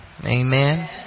Amen